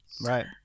Right